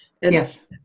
Yes